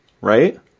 right